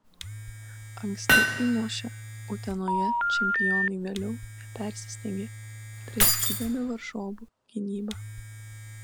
anksti įmušę utenoje čempionai vėliau nepersistengė draskydami varžovų gynybą